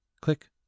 click